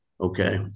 Okay